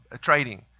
trading